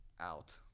out